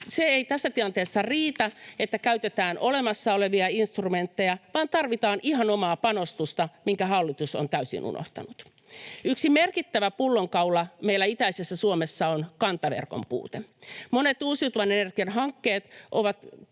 Se ei tässä tilanteessa riitä, että käytetään olemassa olevia instrumentteja, vaan tarvitaan ihan omaa panostusta, minkä hallitus on täysin unohtanut. Yksi merkittävä pullonkaula meillä itäisessä Suomessa on kantaverkon puute. Monet uusiutuvan energian hankkeet ovat